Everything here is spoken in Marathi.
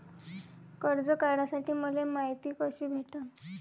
कर्ज काढासाठी मले मायती कशी भेटन?